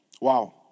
Wow